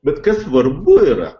bet kas svarbu yra